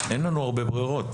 אין לנו הרבה ברירות.